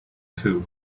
two